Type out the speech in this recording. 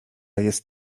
jest